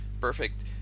perfect